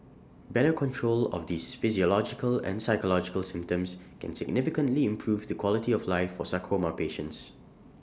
better control of these physiological and psychological symptoms can significantly improve the quality of life for sarcoma patients